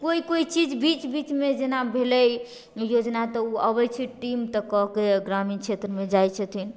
कोइ कोइ चीज बीच बीचमे जेना भेलै योजना तऽ ओ अबै छै टीम तऽ कऽ कऽ ग्रामीण क्षेत्रमे जाइ छथिन